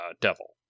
devil